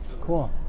Cool